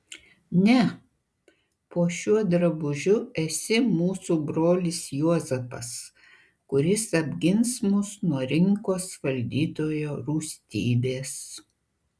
ne po šiuo drabužiu esi mūsų brolis juozapas kuris apgins mus nuo rinkos valdytojo rūstybės